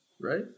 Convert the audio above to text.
right